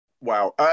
Wow